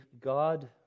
God